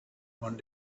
one